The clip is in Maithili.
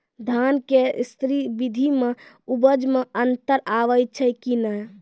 धान के स्री विधि मे उपज मे अन्तर आबै छै कि नैय?